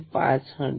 5 hertz